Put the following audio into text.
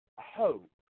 hope